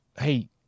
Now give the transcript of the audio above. hey